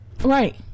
right